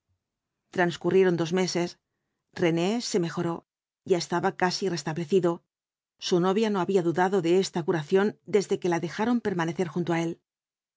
transcurrieron dos meses rene se mejoró ya estaba casi restablecido su novia no había dudado de esta curación desde que la dejaron permanecer junto á él